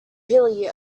really